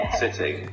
sitting